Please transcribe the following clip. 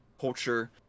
culture